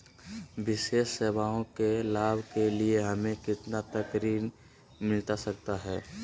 विशेष सेवाओं के लाभ के लिए हमें कितना का ऋण मिलता सकता है?